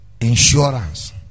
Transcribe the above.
insurance